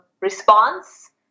response